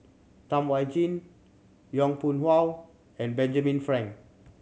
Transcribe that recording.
Tam Wai Jia Yong Pung How and Benjamin Frank